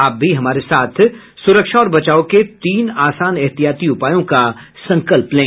आप भी हमारे साथ सुरक्षा और बचाव के तीन आसान एहतियाती उपायों का संकल्प लें